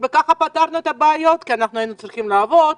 וכך פתרנו את בעיות כי היינו צריכים לעבוד,